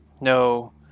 no